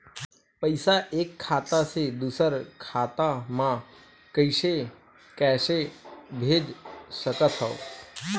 पईसा एक खाता से दुसर खाता मा कइसे कैसे भेज सकथव?